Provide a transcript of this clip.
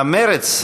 מרצ,